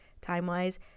time-wise